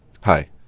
Hi